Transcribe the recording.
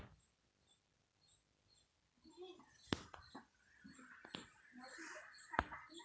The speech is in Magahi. कीटनाशक दवाई प्रमुख भूमिका निभावाईत हई खेती में जबसे भारत में रसायनिक कीटनाशक दवाई के पहचान करावल गयल हे